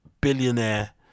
billionaire